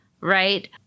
right